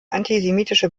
antisemitische